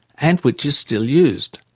and which is still used.